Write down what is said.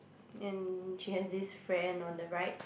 and she has this friend on the right